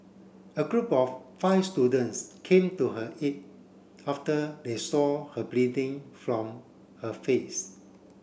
a group of five students came to her aid after they saw her bleeding from her face